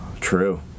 True